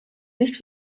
nicht